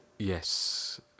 Yes